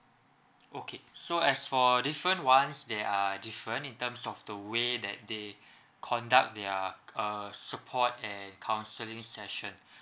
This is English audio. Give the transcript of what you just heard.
okay so as for different ones there are different in terms of the way that they conduct their uh support and counseling session